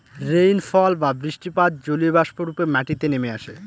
rainfall বা বৃষ্টিপাত জলীয়বাষ্প রূপে মাটিতে নেমে আসে